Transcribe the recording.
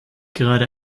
gerade